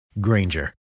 Granger